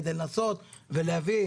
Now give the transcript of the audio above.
כדי לנסות ולהביא,